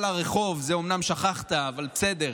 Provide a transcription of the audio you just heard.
לרחוב, את זה אומנם שכחת, אבל בסדר.